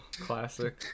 classic